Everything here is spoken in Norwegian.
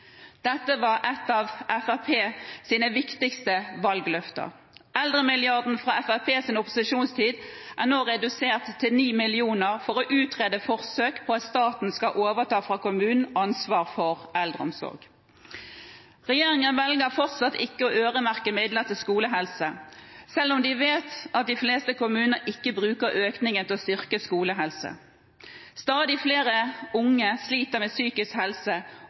Dette var et av Fremskrittspartiets viktigste valgløfter. Eldremilliarden fra Fremskrittspartiets opposisjonstid er nå redusert til 9 mill. kr for å utrede forsøk med at staten skal overta fra kommunene ansvaret for eldreomsorgen. Regjeringen velger fortsatt ikke å øremerke midler til skolehelse, selv om de vet at de fleste kommuner ikke bruker økningen til å styrke skolehelse. Stadig flere unge sliter med psykisk helse,